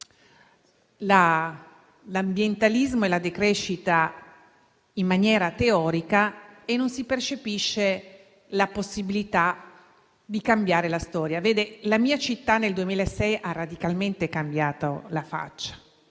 l'ambientalismo e la decrescita e non si percepisce la possibilità di cambiare la storia. La mia città nel 2006 ha radicalmente cambiato faccia: